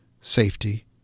safety